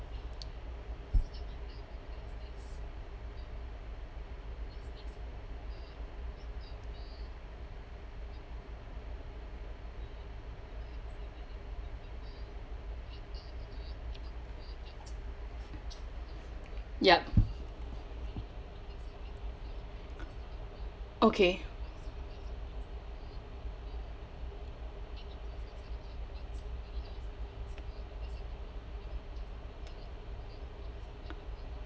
yup okay (uh huh)